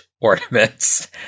ornaments